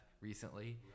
recently